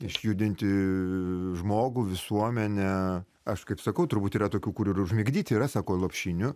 išjudinti žmogų visuomenę aš kaip sakau turbūt yra tokių kur ir užmigdyti yra sako lopšinių